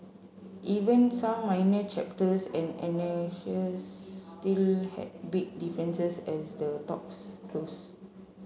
even some minor chapters and annexes still had big differences as the talks closed